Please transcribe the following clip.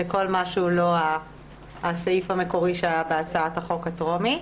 כל מה שהוא לא הסעיף המקורי שהיה בהצעת החוק הטרומית.